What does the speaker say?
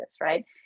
right